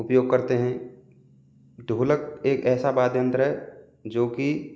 उपयोग करते हैं ढोलक एक ऐसा वाद्य यंत्र है जो की